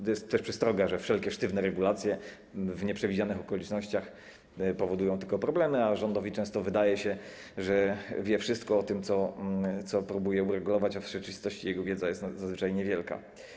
To jest też przestroga, że wszelkie sztywne regulacje w nieprzewidzianych okolicznościach powodują tylko problemy, a rządowi często wydaje się, że wie wszystko o tym, co próbuje uregulować, a w rzeczywistości jego wiedza jest zazwyczaj niewielka.